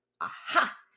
aha